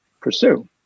pursue